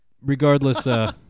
Regardless